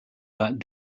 that